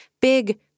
big